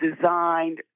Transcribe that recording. designed